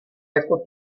jako